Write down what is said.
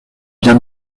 bien